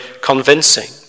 convincing